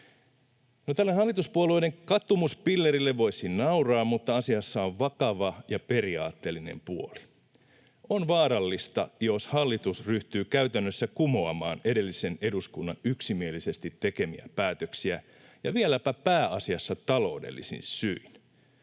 tälle hallituspuolueiden katumuspillerille voisi nauraa, mutta asiassa on vakava ja periaatteellinen puoli. On vaarallista, jos hallitus ryhtyy käytännössä kumoamaan edellisen eduskunnan yksimielisesti tekemiä päätöksiä ja vieläpä pääasiassa taloudellisin syin.